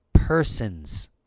Persons